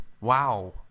wow